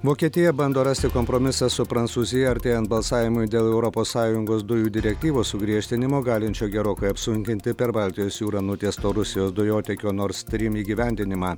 vokietija bando rasti kompromisą su prancūzija artėjant balsavimui dėl europos sąjungos dujų direktyvos sugriežtinimo galinčio gerokai apsunkinti per baltijos jūrą nutiesto rusijos dujotiekio nord strym įgyvendinimą